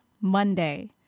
monday